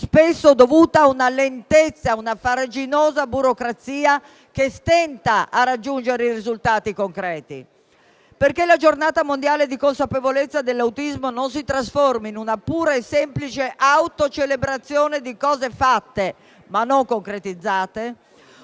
spesso dovuta a una lenta e farraginosa burocrazia che stenta a raggiungere risultati concreti. Perché la Giornata mondiale di consapevolezza sull'autismo non si trasformi nella pura e semplice autocelebrazione di cose fatte, ma non concretizzate,